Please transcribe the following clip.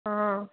ହଁ